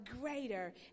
greater